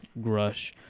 Grush